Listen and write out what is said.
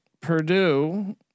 Purdue